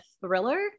thriller